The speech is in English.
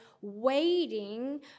waiting